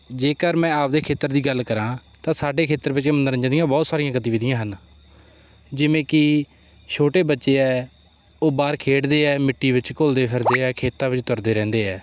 ਜੇਕਰ ਮੈਂ ਆਪਣੇ ਖੇਤਰ ਦੀ ਗੱਲ ਕਰਾਂ ਤਾਂ ਸਾਡੇ ਖੇਤਰ ਵਿੱਚ ਮਨੋਰੰਜਨ ਦੀਆਂ ਬਹੁਤ ਸਾਰੀਆਂ ਗਤੀਵਿਧੀਆਂ ਹਨ ਜਿਵੇਂ ਕਿ ਛੋਟੇ ਬੱਚੇ ਹੈ ਉਹ ਬਾਹਰ ਖੇਡਦੇ ਆ ਮਿੱਟੀ ਵਿੱਚ ਘੁਲਦੇ ਫਿਰਦੇ ਆ ਖੇਤਾਂ ਵਿੱਚ ਤੁਰਦੇ ਰਹਿੰਦੇ ਹੈ